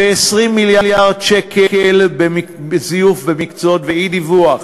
20 מיליארד שקל בזיוף במקצועות ואי-דיווח